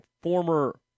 former